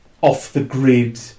off-the-grid